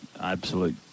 absolute